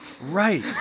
Right